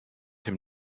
him